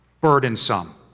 burdensome